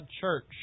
church